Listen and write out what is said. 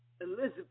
Elizabeth